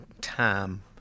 time